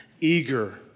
eager